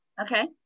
Okay